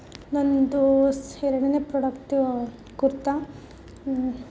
ನನ್ನದು ಎರಡನೇ ಪ್ರಾಡಕ್ಟು ಕುರ್ತಾ